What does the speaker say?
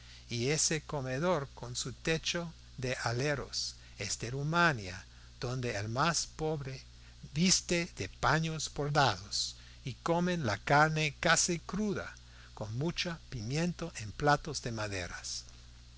y ese comedor con su techo de aleros es de rumania donde el más pobre viste de paños bordados y comen la carne casi cruda con mucha pimienta en platos de madera